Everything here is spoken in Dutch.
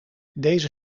deze